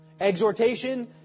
Exhortation